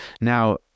Now